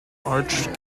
arched